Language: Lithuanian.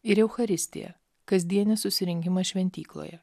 ir eucharistija kasdienį susirinkimą šventykloje